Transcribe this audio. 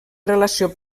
relació